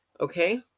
Okay